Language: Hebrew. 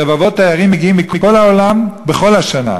רבבות תיירים מגיעים מכל העולם בכל השנה,